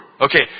Okay